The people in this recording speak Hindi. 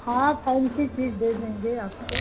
हाँ फैंसी चीज़ दे देंगे आपको